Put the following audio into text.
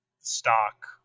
stock